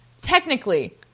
technically